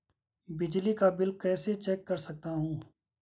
बिजली का बिल कैसे चेक कर सकता हूँ?